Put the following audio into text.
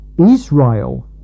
Israel